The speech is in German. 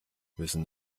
müssen